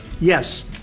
Yes